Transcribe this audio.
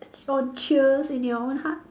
small cheers in your own heart